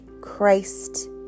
Christ